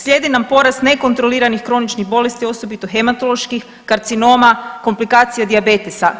Slijedi nam porast nekontroliranih kroničnih bolesti, osobito hematoloških, karcinoma, komplikacija dijabetesa.